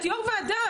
את יו"ר ועדה,